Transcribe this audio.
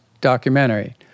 documentary